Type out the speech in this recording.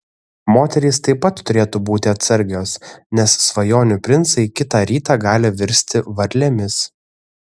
moterys taip pat turėtų būti atsargios nes svajonių princai kitą rytą gali virsti varlėmis